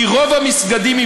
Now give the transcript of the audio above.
כי רוב המסגדים,